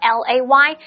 lay